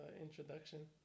introduction